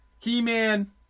He-Man